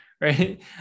right